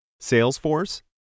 Salesforce